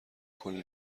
کنین